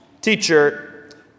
Teacher